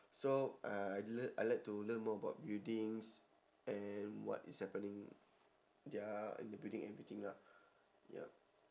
so I l~ I like to learn more about buildings and what is happening ya in the building everything lah yup